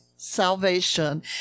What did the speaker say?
salvation